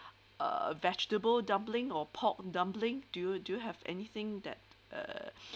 a vegetable dumpling or pork dumpling do do have anything that uh